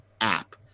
app